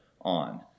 on